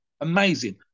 Amazing